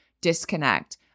disconnect